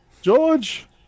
George